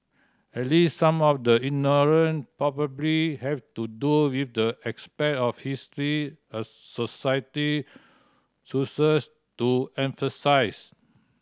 at least some of the ignorant probably have to do with the aspect of history a society chooses to emphasise